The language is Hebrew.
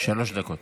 שלוש דקות.